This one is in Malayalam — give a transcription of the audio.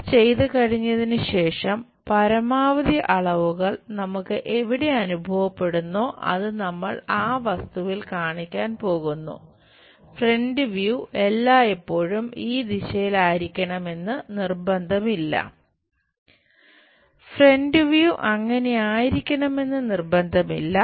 ഇത് ചെയ്തുകഴിഞ്ഞതിനു ശേഷം പരമാവധി അളവുകൾ നമുക്ക് എവിടെ അനുഭവപ്പെടുന്നോ അത് നമ്മൾ ആ വസ്തുവിൽ എല്ലായ്പ്പോഴും ഈ ദിശയിലായിരിക്കണമെന്ന് നിര്ബന്ധമില്ല